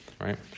right